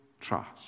trust